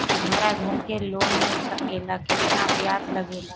हमरा घर के लोन मिल सकेला केतना ब्याज लागेला?